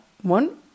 one